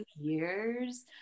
years